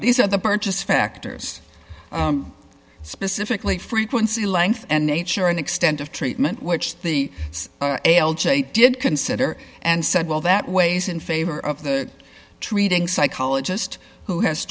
these are the purchase factors specifically frequency length and nature and extent of treatment which the a l j did consider and said well that weighs in favor of the treating psychologist who has